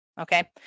okay